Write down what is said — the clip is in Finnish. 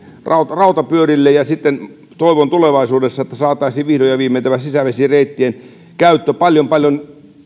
rautapyörille ja sitten toivon että tulevaisuudessa saataisiin vihdoin ja viimein sisävesireittien käyttö paljon paljon